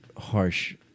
harsh